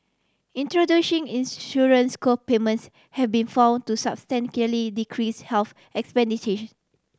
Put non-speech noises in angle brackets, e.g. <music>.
introducing insurance co payments have been found to substantially decrease health <unintelligible>